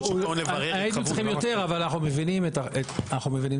היינו צריכים יותר, אבל אנחנו מבינים את הקושי.